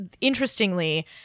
interestingly